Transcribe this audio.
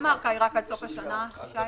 למה ההארכה היא רק עד סוף השנה?